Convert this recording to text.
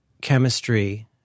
chemistry